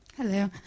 Hello